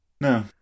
No